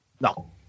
No